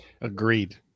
Agreed